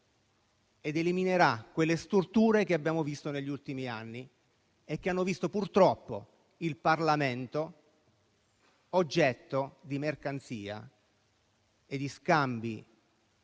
ed eliminerà quelle storture che abbiamo visto negli ultimi anni e che hanno visto purtroppo il Parlamento oggetto di mercanzia e scambi,